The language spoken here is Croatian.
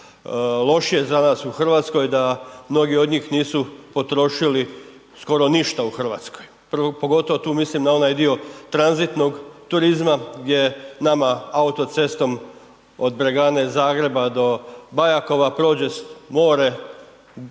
lošije za nas u Hrvatskoj da mnogi od njih nisu potrošili skoro ništa u Hrvatskoj. Pogotovo tu mislim na onaj dio tranzitnog turizma gdje nama autocestom od Bregane, Zagreba do Bajakova prođe more